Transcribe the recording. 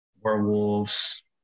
werewolves